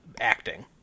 acting